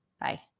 Bye